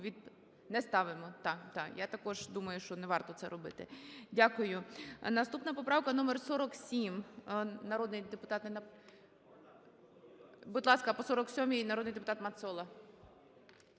Не ставимо? Да, я також думаю, що не варто це робити. Дякую. Наступна поправка - номер 47, народний депутат…